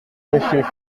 monsieur